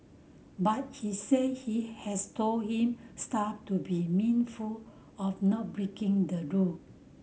but he said he has told him staff to be mindful of not breaking the rule